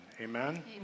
Amen